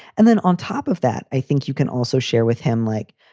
and then on top of that, i think you can also share with him like,